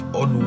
on